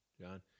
john